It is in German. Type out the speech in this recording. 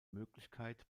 möglichkeit